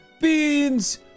Beans